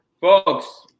folks